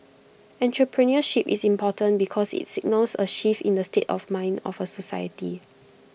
entrepreneurship is important because IT signals A shift in the state of mind of A society